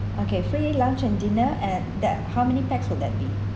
okay free lunch and dinner and that how many pax would that be